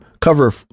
cover